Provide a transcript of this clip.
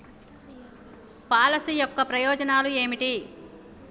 Policy యొక్క ప్రయోజనాలు ఏమిటి?